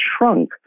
shrunk